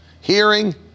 hearing